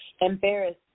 Embarrassed